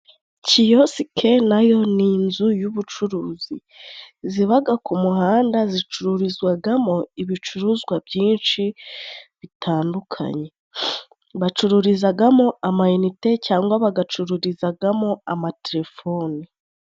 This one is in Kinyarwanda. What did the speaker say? Kiyosike nayo ni inzu y'ubucuruzi zibaga ku muhanda, zicururizwagamo ibicuruzwa byinshi bitandukanye. Bacururizagamo ama inite cyangwa bagacururizagamo amaterefone.